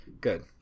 good